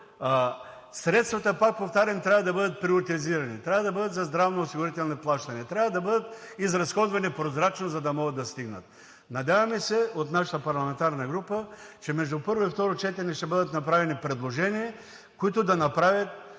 средствата, пак повтарям, трябва да бъдат приоритизирани, трябва да бъдат за здравноосигурителни плащания, трябва да бъдат изразходвани прозрачно, за да могат да стигнат. От нашата парламентарна група се надяваме, че между първо и второ четене ще бъдат направени предложения, които да направят